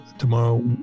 Tomorrow